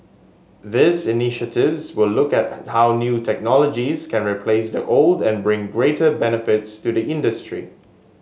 these initiatives will look at how new technologies can replace the old and bring greater benefits to the industry